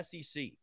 SEC